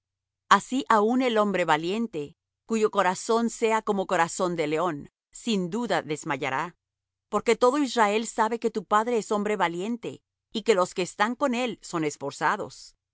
así aun el hombre valiente cuyo corazón sea como corazón de león sin duda desmayará porque todo israel sabe que tu padre es hombre valiente y que los que están con él son esforzados